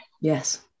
yes